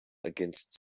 against